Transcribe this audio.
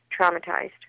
traumatized